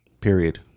Period